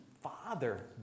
father